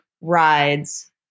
rides